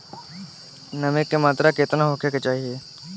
नमी के मात्रा केतना होखे के चाही?